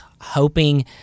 hoping